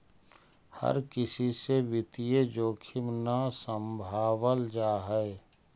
हर किसी से वित्तीय जोखिम न सम्भावल जा हई